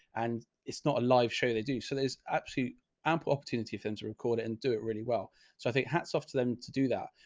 and it's not a live show they do. so there's actually ample opportunity them to record it and do it really well. so i think hats off to them to do that.